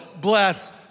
bless